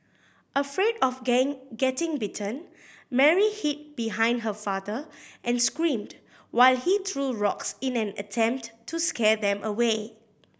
afraid of gain getting bitten Mary hid behind her father and screamed while he threw rocks in an attempt to scare them away